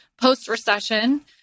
post-recession